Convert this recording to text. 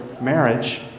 marriage